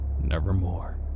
nevermore